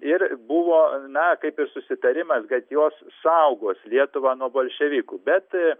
ir buvo na kaip ir susitarimas kad jos saugos lietuvą nuo bolševikų bet